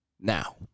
Now